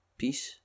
peace